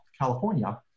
California